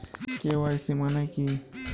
KYC মানে কী?